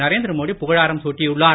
நரேந்திர மோடி புகழாரம் சூட்டியுள்ளார்